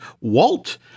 Walt